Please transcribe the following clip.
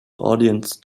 audience